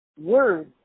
words